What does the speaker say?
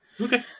Okay